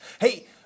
Hey